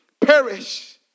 Perish